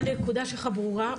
הנקודה שלך ברורה,